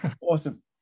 Awesome